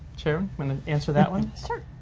sharon, wanna answer that one? sure,